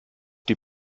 die